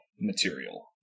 material